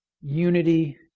unity